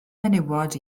menywod